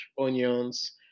onions